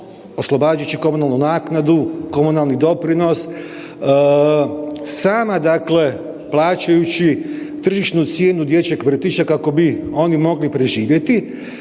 oslobađajući komunalnu naknadu, komunalni doprinos, sama dakle plaćajući tržišnu cijenu dječjeg vrtića kako bi oni mogli preživjeti,